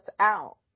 out